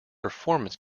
performance